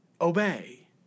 Obey